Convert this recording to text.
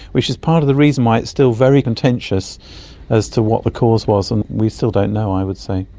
which is part of the reason why it's still very contentious as to what the cause was, and we still don't know i would say.